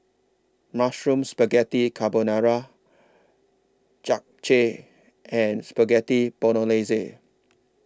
Mushroom Spaghetti Carbonara Japchae and Spaghetti Bolognese